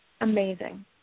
Amazing